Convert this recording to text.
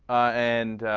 and